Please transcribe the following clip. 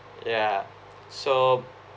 ya so